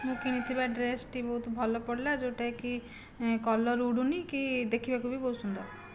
ମୁଁ କିଣିଥିବା ଡ୍ରେସ୍ଟି ବହୁତ ଭଲ ପଡ଼ିଲା ଯେଉଁଟାକି କଲର ଉଡ଼ୁନାହିଁ କି ଦେଖିବାକୁ ବି ବହୁତ ସୁନ୍ଦର